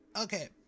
Okay